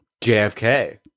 JFK